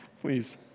please